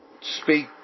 speak